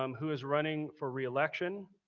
um who is running for reelection.